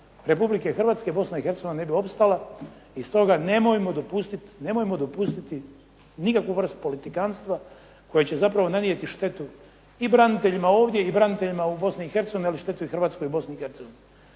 Republike Hrvatske Bosna i Hercegovina ne bi opstala i stoga nemojmo dopustiti nikakvu vrst politikanstva koje će zapravo nanijeti štetu i braniteljima ovdje i braniteljima u Bosni i Hercegovini …/Ne razumije se./… i Hrvatskoj i Bosni i Hercegovini.